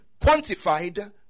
quantified